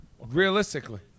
Realistically